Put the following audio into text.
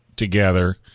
Together